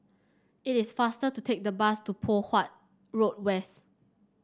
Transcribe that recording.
it is faster to take the bus to Poh Huat Road West